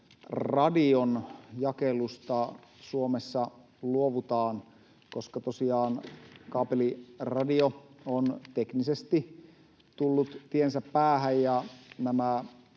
kaapeliradion jakelusta Suomessa luovutaan, koska kaapeliradio on teknisesti tullut tiensä päähän ja nämä